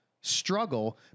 struggle